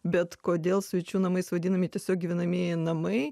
bet kodėl svečių namais vadinami tiesiog gyvenamieji namai